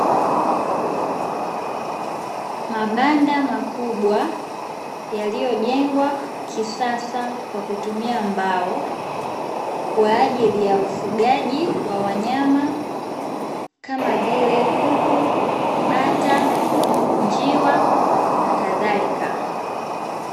Mabanda makubwa yaliyojengwa kisasa kwa kutumia mbao, kwa ajili ya ufugaji wa wanyama, kama vile: kuku, bata, njiwa, na kadhalika.